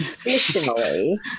Additionally